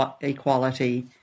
equality